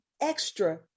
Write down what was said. extra